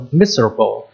miserable